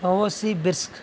అవోక్యాట్ ఇస్క్